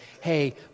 hey